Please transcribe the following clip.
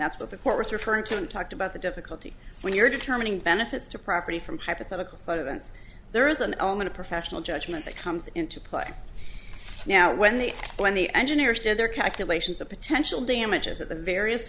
that's what the court was referring to talked about the difficulty when you're determining benefits to property from hypothetical but events there is an element of professional judgment that comes into play now when they when the engineers did their calculations of potential damages at the various